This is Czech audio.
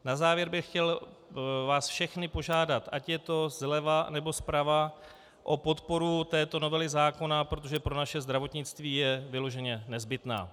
Na závěr bych vás chtěl všechny požádat, ať je to zleva, nebo zprava, o podporu této novely zákona, protože pro naše zdravotnictví je vyloženě nezbytná.